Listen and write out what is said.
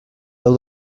deu